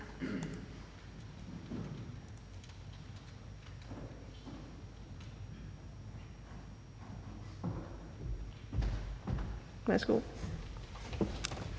Værsgo.